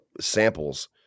Samples